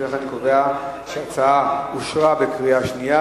לפיכך, אני קובע שההצעה אושרה בקריאה שנייה.